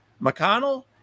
McConnell